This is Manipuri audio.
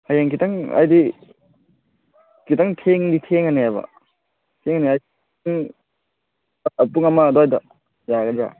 ꯍꯌꯦꯡ ꯈꯤꯇꯪ ꯍꯥꯏꯕꯗꯤ ꯈꯤꯇꯪ ꯊꯦꯡꯗꯤ ꯊꯦꯡꯉꯅꯦꯕ ꯊꯦꯡꯅꯤ ꯍꯥꯏꯁꯦ ꯄꯨꯡ ꯄꯨꯡ ꯑꯃ ꯑꯗ꯭ꯋꯥꯏꯗ ꯌꯥꯒꯗ꯭ꯔꯥ